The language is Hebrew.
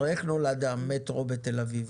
הרי איך נולד המטרו בתל אביב?